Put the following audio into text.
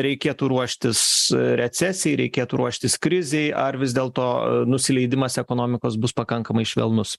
reikėtų ruoštis recesijai reikėtų ruoštis krizei ar vis dėlto nusileidimas ekonomikos bus pakankamai švelnus